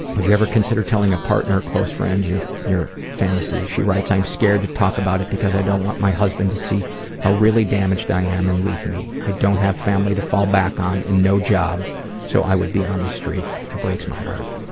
you ever considered telling a partner or close friend your your fantasies? she writes, i'm scared to talk about it because i don't want my husband to see how really damaged i am and leave me. i don't have family to fall back on and no job so i would be on the street. that breaks my heart.